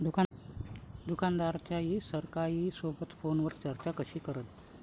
दुकानदार कास्तकाराइसोबत फोनवर चर्चा कशी करन?